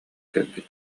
кэлбит